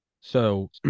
So-